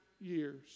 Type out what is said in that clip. years